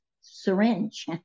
syringe